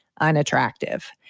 unattractive